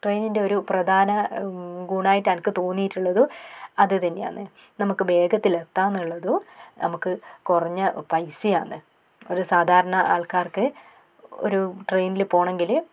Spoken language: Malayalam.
ട്രെയിനിൻ്റെ ഒരു പ്രധാന ഗുണമായിട്ട് എനക്ക് തോന്നിയിട്ടുള്ളത് അത് തന്നെയാന്ന് നമുക്ക് വേഗത്തിൽ എത്താന്നുള്ളതും നമുക്ക് കുറഞ്ഞ പൈസയാന്ന് ഒരു സാധാരണ ആൾക്കാർക്ക് ഒരു ട്രെയിനിൽ പോണങ്കിൽ